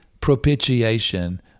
propitiation